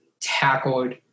tackled